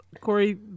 Corey